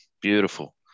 Beautiful